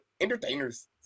entertainers